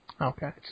Okay